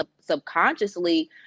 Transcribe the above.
subconsciously